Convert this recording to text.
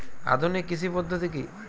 আধুনিক কৃষি পদ্ধতি কী?